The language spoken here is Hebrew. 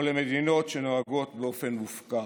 או למדינות שנוהגות באופן מופקר.